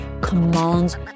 commands